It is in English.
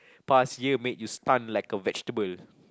past year made you stun like a vegetable